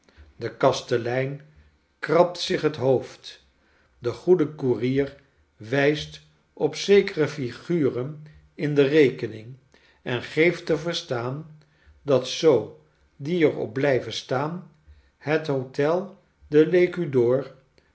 de kastelein krabt zich het hoofd de goede koerier wijst op zekere flguren in de rekening en geeft te verstaan dat zoo die er op blijven staan het hotel de tecu d'or